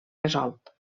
resolt